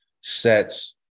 sets